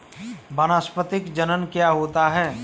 वानस्पतिक जनन क्या होता है?